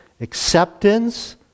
Acceptance